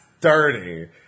dirty